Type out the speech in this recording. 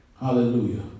Hallelujah